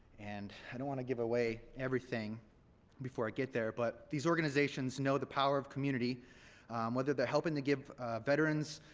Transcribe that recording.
and i don't want to give away everything before i get there but these organizations know the power of community whether they're helping to give veterans,